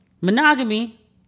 Monogamy